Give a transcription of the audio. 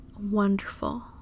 wonderful